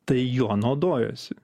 tai juo naudojasi